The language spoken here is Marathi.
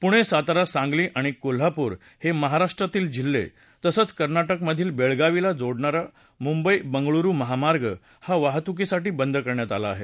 पुणे सातारा सांगली आणि कोल्हापूर हे महाराष्ट्रातील जिल्हे तसंच कर्नाटकामधील बेळगावीला जोडणारा मुंबई बंगळुरु महामार्ग हा वाहतुकीसाठी बंद करण्यात आला आहे